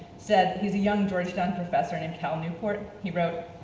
said, he's a young georgetown professor named cal newport, he wrote,